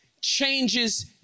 changes